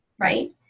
right